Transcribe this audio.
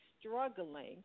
struggling